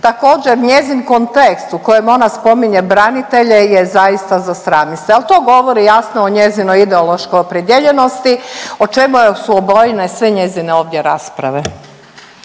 Također njezin kontekst u kojem ona spominje branitelje je zaista za sramit se. Ali to govori jasno o njezinoj ideološkoj opredijeljenosti o čemu su obojene sve njezine ovdje rasprave.